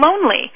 lonely